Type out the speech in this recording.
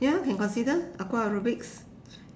ya can consider Aqua aerobics